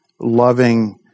loving